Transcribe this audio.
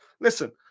Listen